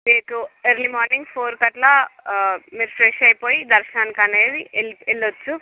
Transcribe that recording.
మీకు early morning ఫోర్కి అట్లా మీరు ఫ్రెష్ అయిపోయి దర్శనానికి అనేది వెళ్లి వెళ్లొచ్చు